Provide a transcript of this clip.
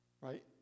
right